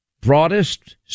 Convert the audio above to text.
broadest